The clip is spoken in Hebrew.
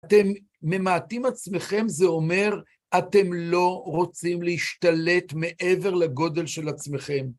אתם ממעטים עצמכם, זה אומר, אתם לא רוצים להשתלט מעבר לגודל של עצמכם.